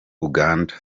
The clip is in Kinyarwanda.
uganda